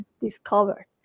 discovered